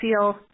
feel